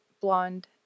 blonde